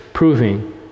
proving